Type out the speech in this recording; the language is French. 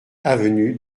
avenue